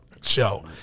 show